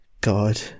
God